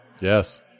Yes